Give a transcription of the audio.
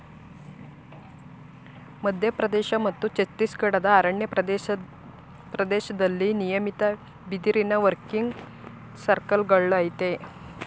ಮಧ್ಯಪ್ರದೇಶ ಮತ್ತು ಛತ್ತೀಸ್ಗಢದ ಅರಣ್ಯ ಪ್ರದೇಶ್ದಲ್ಲಿ ನಿಯಮಿತ ಬಿದಿರಿನ ವರ್ಕಿಂಗ್ ಸರ್ಕಲ್ಗಳಯ್ತೆ